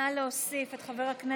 נא להוסיף את חבר הכנסת